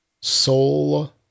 Soul